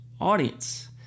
audience